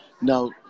now